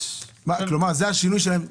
כלומר זה השינוי שלהם?